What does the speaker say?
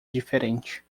diferente